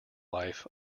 life